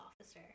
officer